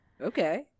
okay